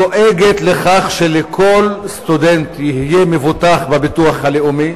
דואגת לכך שכל סטודנט יהיה מבוטח בביטוח הלאומי?